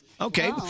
Okay